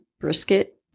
brisket